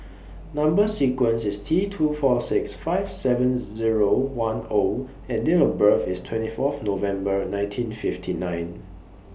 Number sequence IS T two four six five seven Zero one O and Date of birth IS twenty Fourth November nineteen fifty nine